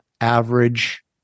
average